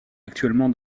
actuellement